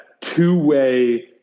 two-way